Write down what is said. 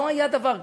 לא היה דבר כזה.